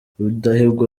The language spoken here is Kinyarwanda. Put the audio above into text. rudahigwa